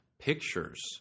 pictures